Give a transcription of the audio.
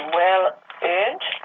well-earned